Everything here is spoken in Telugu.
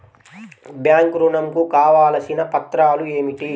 బ్యాంక్ ఋణం కు కావలసిన పత్రాలు ఏమిటి?